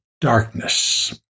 darkness